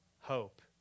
hope